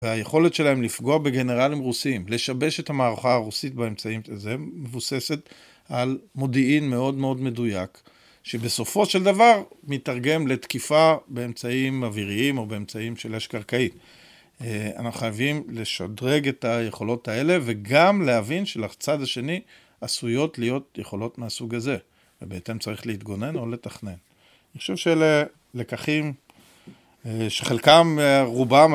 והיכולת שלהם לפגוע בגנרלים רוסיים, לשבש את המערכה הרוסית באמצעים, זה מבוססת על מודיעין מאוד מאוד מדויק, שבסופו של דבר מתרגם לתקיפה באמצעים אוויריים או באמצעים של אש קרקעית. אנחנו חייבים לשדרג את היכולות האלה וגם להבין שלצד השני עשויות להיות יכולות מהסוג הזה, ובהתאם צריך להתגונן או לתכנן. אני חושב שלקחים שחלקם, רובם,